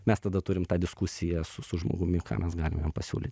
mes tada turim tą diskusiją su su žmogumi ką mes galim jam pasiūlyt